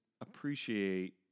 appreciate